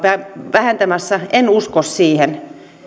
vähentämässä en usko siihen